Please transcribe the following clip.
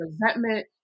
resentment